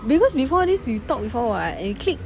because before this we talk before [what] and we clicked